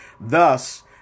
Thus